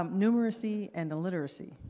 um numeracy and literacy.